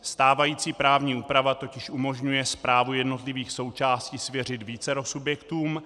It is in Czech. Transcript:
Stávající právní úprava totiž umožňuje správu jednotlivých součástí svěřit vícero subjektům.